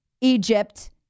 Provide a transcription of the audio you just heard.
Egypt